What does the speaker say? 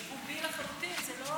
הוא פומבי לחלוטין, זה לא